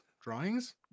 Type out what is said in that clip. drawings